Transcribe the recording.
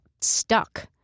stuck